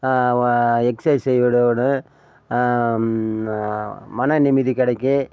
exercise செய்வதோடு மன நிம்மதி கிடைக்கும்